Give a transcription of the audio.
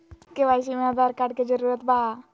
KYC में Aadhaar card के जरूरत बा?